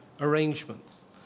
arrangements